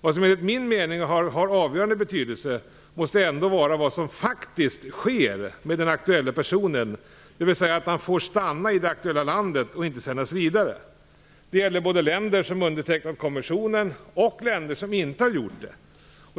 Vad som enligt min mening har avgörande betydelse måste ändå vara vad som faktiskt sker med den aktuelle personen, dvs. att han får stanna i det aktuella landet och inte sänds vidare. Det gäller både länder som undertecknat konventionen och länder som inte har gjort det.